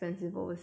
mmhmm